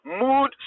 mood